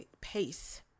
pace